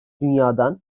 dünyadan